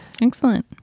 Excellent